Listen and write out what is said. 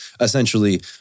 essentially